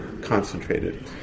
concentrated